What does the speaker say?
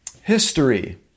History